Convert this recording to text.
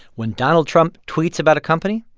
when donald trump tweets about a company,